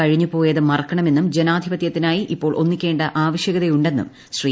കഴിഞ്ഞു പോയത് മറക്കണമെന്നും ജനാധിപത്യത്തിനായി ഇപ്പോൾ ഒന്നിക്കേണ്ട ആവശ്യകതയുണ്ടെന്നും ശ്രീ